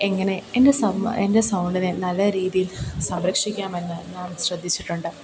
എങ്ങനെ എന്റെ സം എന്റെ സൗണ്ടിനെ നല്ല രീതിയിൽ സംരക്ഷിക്കാമെന്ന് നാം ശ്രദ്ധിച്ചിട്ടുണ്ട്